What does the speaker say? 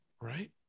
Right